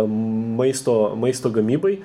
maisto maisto gamybai